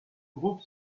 groupe